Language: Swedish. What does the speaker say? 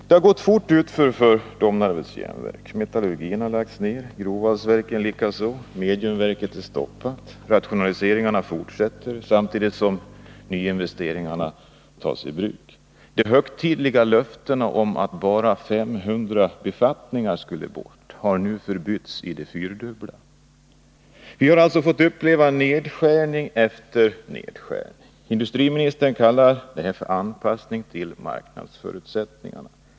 Det har gått fort utför för Domnarvets Jernverk: metallurgin har lagts ned, grovvalsverken likaså, och mediumverket är stoppat. Rationaliseringarna fortsätter, samtidigt som nyinvesteringarna tas i bruk. De högtidliga löftena om att bara 500 befattningar skulle bort har nu förbytts i det fyrdubbla. Vi har alltså fått uppleva nedskärning efter nedskärning. Industriministern kallar det för anpassning till marknadsförutsättningarna.